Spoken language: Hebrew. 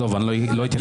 עזוב, אני לא אתייחס לזה.